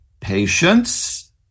patience